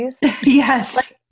Yes